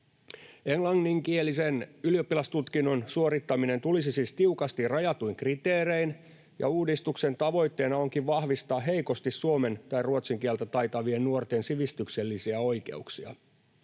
Englanninkielisen ylioppilastutkinnon suorittaminen tulisi siis tiukasti rajatuin kriteerein, ja uudistuksen tavoitteena onkin vahvistaa heikosti suomen tai ruotsin kieltä taitavien nuorten sivistyksellisiä oikeuksia.